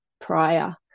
prior